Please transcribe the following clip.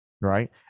Right